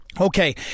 Okay